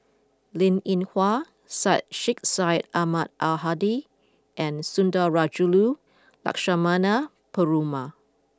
Linn In Hua Syed Sheikh Syed Ahmad Al Hadi and Sundarajulu Lakshmana Perumal